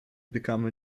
become